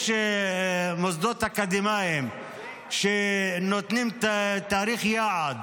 יש מוסדות אקדמיים שנותנים תאריך יעד